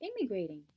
immigrating